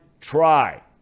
try